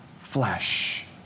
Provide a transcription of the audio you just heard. flesh